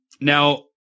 Now